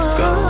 go